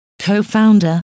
co-founder